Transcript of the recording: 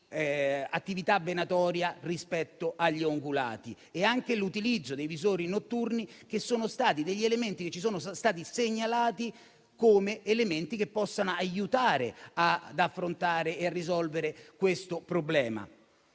attività venatoria rispetto agli ungulati e anche l'utilizzo dei visori notturni che ci sono stati segnalati come elementi che possono aiutare ad affrontare e a risolvere questo problema.